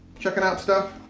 checking out stuff.